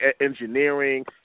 engineering